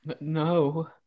No